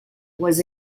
was